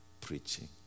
preaching